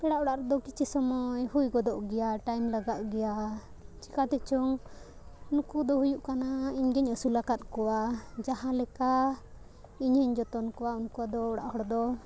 ᱯᱮᱲᱟ ᱚᱲᱟᱜ ᱨᱮᱫᱚ ᱠᱤᱪᱷᱩ ᱥᱚᱢᱚᱭ ᱦᱩᱭ ᱜᱚᱫᱚᱜ ᱜᱮᱭᱟ ᱴᱟᱭᱤᱢ ᱞᱟᱜᱟᱜ ᱜᱮᱭᱟ ᱪᱮᱠᱟᱛᱮ ᱪᱚᱝ ᱱᱩᱠᱩ ᱫᱚ ᱦᱩᱭᱩᱜ ᱠᱟᱱᱟ ᱤᱧᱜᱮᱧ ᱟᱹᱥᱩᱞ ᱟᱠᱟᱫ ᱠᱚᱣᱟ ᱡᱟᱦᱟᱸ ᱞᱮᱠᱟ ᱤᱧᱤᱧ ᱡᱚᱛᱚᱱ ᱠᱚᱣᱟ ᱩᱱᱠᱩ ᱫᱚ ᱚᱲᱟᱜ ᱦᱚᱲ ᱫᱚ